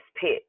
pit